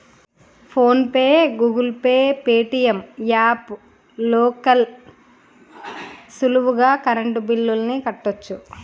phone pay, Google Pay, Paytm app లోకెల్లి సులువుగా current బిల్లుల్ని కట్టచ్చు